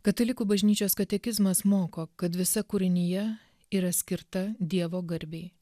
katalikų bažnyčios katekizmas moko kad visa kūrinija yra skirta dievo garbei